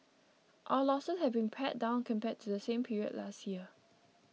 our losses have been pared down compared to same period last year